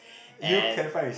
and